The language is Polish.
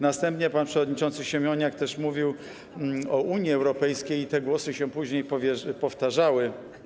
Następnie pan przewodniczący Siemoniak mówił też o Unii Europejskiej i te głosy się później powtarzały.